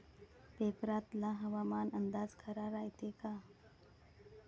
पेपरातला हवामान अंदाज खरा रायते का?